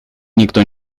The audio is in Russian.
никто